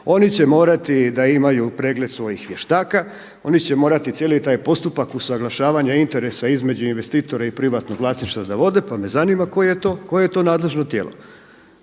oni će morati imati pregled svojih vještaka, oni će morati cijeli taj postupak usuglašavanja interesa između investitora i privatnog vlasništva da vode, pa me zanima koje je to nadležno tijelo.